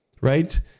right